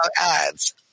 ads